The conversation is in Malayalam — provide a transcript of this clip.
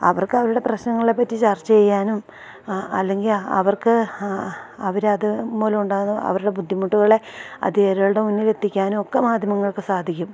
അവർക്ക് അവരുടെ പ്രശ്നങ്ങളെപ്പറ്റി ചര്ച്ച ചെയ്യാനും അല്ലെങ്കില് അവർക്ക് അവരത് മൂലമുണ്ടാകുന്ന അവരുടെ ബുദ്ധിമുട്ടുകള് അധികൃതരുടെ മുന്നിലെത്തിക്കാനുമൊക്കെ മാധ്യമങ്ങൾക്ക് സാധിക്കും